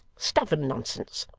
stuff and nonsense